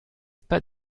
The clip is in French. pas